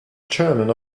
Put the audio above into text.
chairman